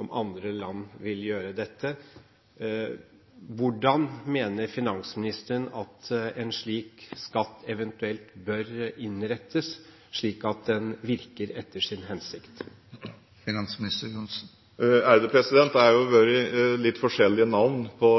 om andre land vil gjøre dette. Hvordan mener finansministeren at en slik skatt eventuelt bør innrettes, slik at den virker etter sin hensikt? Det har jo vært litt forskjellige navn på